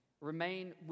Remain